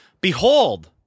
Behold